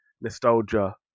nostalgia